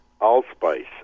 allspice